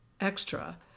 extra